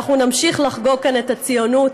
ואנחנו נמשיך לחגוג כאן את הציונות,